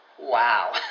wow